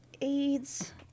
AIDS